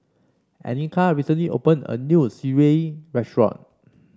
Anika recently opened a new sireh restaurant